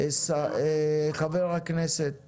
חבר הכנסת